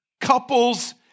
Couples